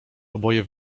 oboje